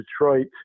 Detroit